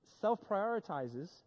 self-prioritizes